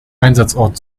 einsatzort